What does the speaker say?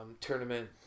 tournament